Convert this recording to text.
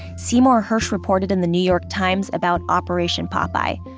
seymour hersh reported in the new york times about operation popeye.